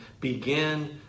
begin